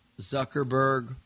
Zuckerberg